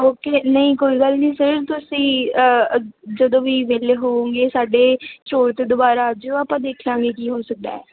okay ਨਹੀਂ ਕੋਈ ਗੱਲ ਨਹੀਂ ਸਰ ਤੁਸੀਂ ਜਦੋਂ ਵੀ ਵੇਲੇ ਹੋਵੋਗੇ ਸਾਡੇ ਸਟੋਰ 'ਤੇ ਦੁਬਾਰਾ ਆ ਜਾਇਓ ਆਪਾਂ ਦੇਖਾਂਗੇ ਕੀ ਹੋ ਸਕਦਾ